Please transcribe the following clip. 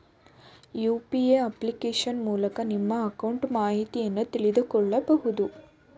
UPA application ಮೂಲಕ ನಿಮ್ಮ account ಮಾಹಿತಿಯನ್ನು ತಿಳಿದುಕೊಳ್ಳಬಹುದು